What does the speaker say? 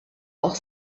auch